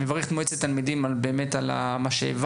אני מברך את מועצת תלמידים על מה שהעברתם,